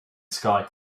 sky